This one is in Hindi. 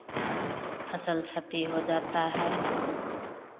फसल क्षति हो जाता है